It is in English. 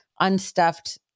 unstuffed